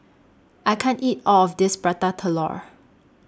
I can't eat All of This Prata Telur